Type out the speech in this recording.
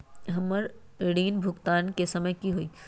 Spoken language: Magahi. हमर ऋण भुगतान के समय कि होई?